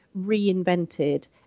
reinvented